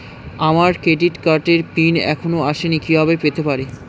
আমার ক্রেডিট কার্ডের পিন এখনো আসেনি কিভাবে পেতে পারি?